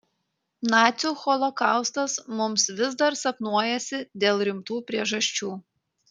nacių holokaustas mums vis dar sapnuojasi dėl rimtų priežasčių